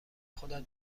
خودت